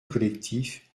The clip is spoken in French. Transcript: collectif